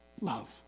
love